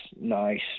nice